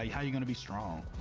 ah how you gonna be strong?